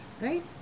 right